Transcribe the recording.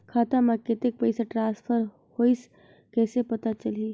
खाता म कतेक पइसा ट्रांसफर होईस कइसे पता चलही?